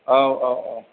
औ औ औ